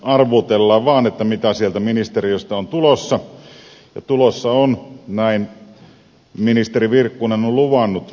arvuutellaan vaan mitä sieltä ministeriöstä on tulossa ja tulossa on näin ministeri virkkunen on luvannut